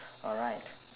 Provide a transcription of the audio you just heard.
alright